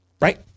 right